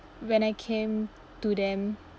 when I came to them